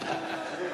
נוסף...